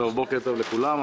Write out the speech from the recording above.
צוהריים טובים לכולם.